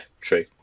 true